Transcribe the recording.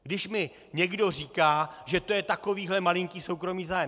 Když mi někdo říká, že to je takovýhle malinký soukromý zájem.